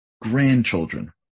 grandchildren